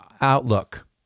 outlook